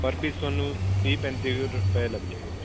ਪਰ ਪੀਸ ਤੁਹਾਨੂੰ ਤੀਹ ਪੈਂਤੀ ਰੁਪਏ ਲੱਗ ਜਾਏਗਾ ਜੀ